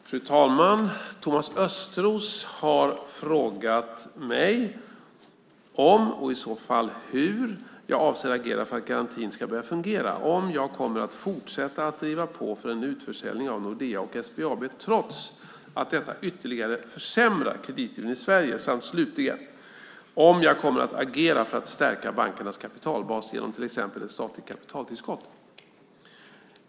Fru talman! Thomas Östros har frågat mig om, och i så fall hur, jag avser att agera för att garantin ska börja fungera, om jag kommer att fortsätta att driva på för en utförsäljning av Nordea och SBAB trots att detta ytterligare försämrar kreditgivningen i Sverige samt slutligen om jag kommer att agera för att stärka bankernas kapitalbas genom till exempel ett statligt kapitaltillskott.